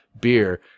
beer